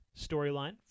Storyline